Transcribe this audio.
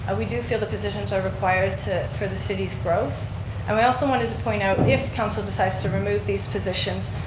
ah we do feel the positions are required for the city's growth and we also wanted to point out, if council decides to remove these positions,